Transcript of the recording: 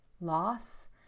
loss